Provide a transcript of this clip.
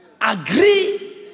agree